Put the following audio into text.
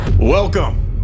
Welcome